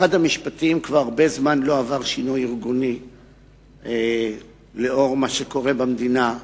משרד המשפטים כבר הרבה זמן לא עבר שינוי ארגוני לנוכח מה שקורה במדינה,